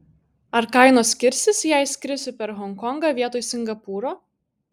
ar kainos skirsis jei skrisiu per honkongą vietoj singapūro